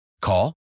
Call